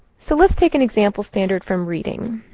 so, let's take an example standard from reading.